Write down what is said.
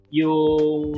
yung